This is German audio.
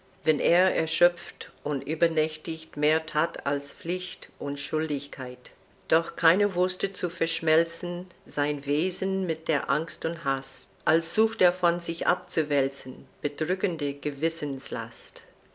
wenn er erschöpft und übernächtig mehr that als pflicht und schuldigkeit doch keiner wußte zu verschmelzen sein wesen mit der angst und hast als sucht er von sich abzuwälzen bedrückende gewissenslast